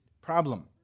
problem